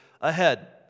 ahead